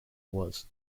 was